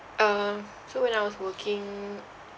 uh so when I was working